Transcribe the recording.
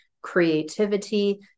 creativity